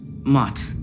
Mott